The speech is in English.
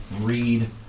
read